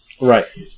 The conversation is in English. right